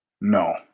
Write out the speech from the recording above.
No